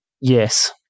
Yes